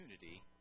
unity